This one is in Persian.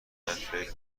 فکر